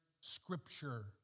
scripture